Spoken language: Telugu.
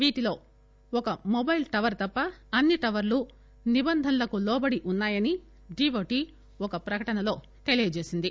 వీటిలో ఒక మొబైల్ టవర్ తప్ప అన్ని టవర్లు నిబంధనలకు లోబడి ఉన్నాయని డీఓటీ ఒక ప్రకటనలో తెలిపింది